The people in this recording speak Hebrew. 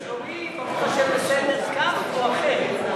שלומי, ברוך השם, בסדר, כך או אחרת.